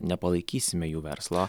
nepalaikysime jų verslo